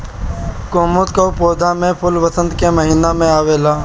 कुमुद कअ पौधा में फूल वसंत के महिना में आवेला